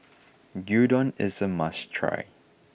Gyudon is a must try